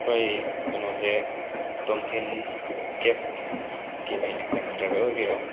ꯑꯩꯈꯣꯏ ꯀꯩꯅꯣꯁꯦ ꯇꯣꯝꯊꯤꯟ ꯀꯦꯞꯀꯤ ꯃꯤ ꯀꯩꯅꯣ ꯗ꯭ꯔꯥꯏꯚꯔ ꯑꯣꯏꯕꯤꯔꯕ꯭ꯔꯥ